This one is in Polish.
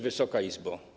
Wysoka Izbo!